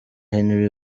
henry